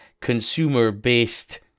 consumer-based